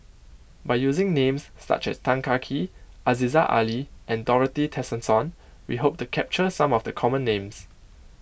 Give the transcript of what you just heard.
by using names such as Tan Teng Kee Aziza Ali and Dorothy Tessensohn we hope to capture some of the common names